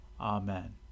Amen